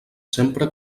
sempre